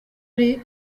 ari